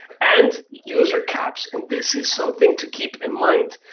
and user caps. and this is something to keep in mind.